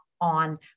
on